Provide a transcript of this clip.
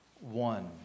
one